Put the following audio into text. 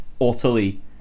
utterly